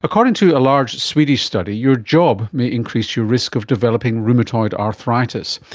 according to a large swedish study, your job may increase your risk of developing rheumatoid arthritis,